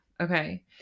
Okay